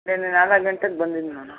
ನೆನ್ನೆ ನಾಲ್ಕು ಗಂಟೆಗೆ ಬಂದಿದ್ದೆ ನಾನು